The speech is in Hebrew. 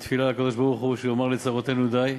ותפילה לקדוש-ברוך-הוא שיאמר לצרותינו די,